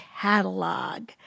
catalog